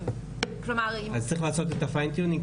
אז צריך לעשות את הכוונון העדין,